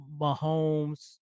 Mahomes